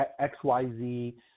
XYZ